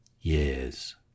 years